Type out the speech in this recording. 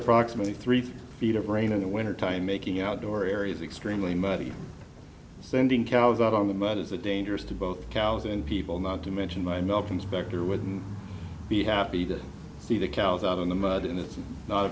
approximately three feet of rain in the wintertime making outdoor areas extremely muddy sending cows out on the mud is a dangerous to both cows and people not to mention by malcolm spector wouldn't be happy to see the cows out in the mud and it's not a